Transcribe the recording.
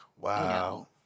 Wow